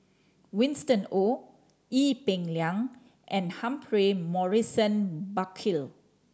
Winston Oh Ee Peng Liang and Humphrey Morrison Burkill